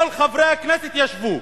וכל חברי הכנסת ישבו.